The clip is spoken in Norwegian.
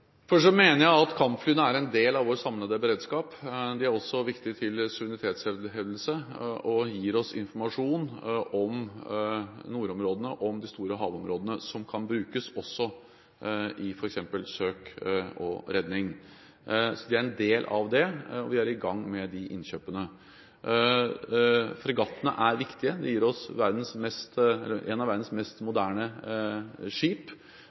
Jeg mener at kampflyene er en del av vår samlede beredskap. De er også viktige for suverenitetshevdelse, gir oss informasjon om nordområdene og de store havområdene og kan også brukes til f.eks. søk og redning. Det er en del av det, og vi er i gang med disse innkjøpene. Fregattene er viktige. De er blant verdens mest moderne skip og gir oss en